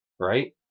Right